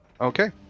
Okay